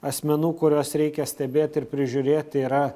asmenų kuriuos reikia stebėti ir prižiūrėti yra